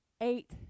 eight